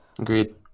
Agreed